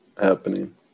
happening